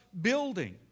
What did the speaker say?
building